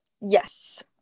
Yes